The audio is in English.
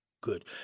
good